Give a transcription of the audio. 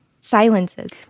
silences